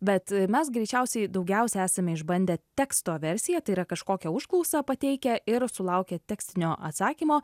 bet mes greičiausiai daugiausia esame išbandę teksto versiją tai yra kažkokią užklausą pateikę ir sulaukę tekstinio atsakymo